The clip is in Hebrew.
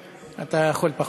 דקות,